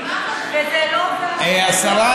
אני לא רואה שום סיבה למנוע את זה.